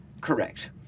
Correct